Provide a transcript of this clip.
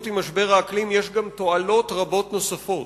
עם משבר האקלים יש גם תועלות רבות נוספות: